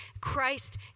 Christ